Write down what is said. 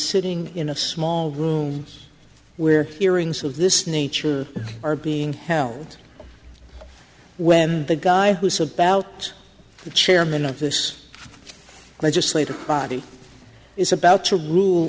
sitting in a small rooms where hearings of this nature are being held when the guy who so baltz the chairman of this legislative body is about to rule